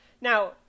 now